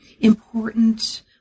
important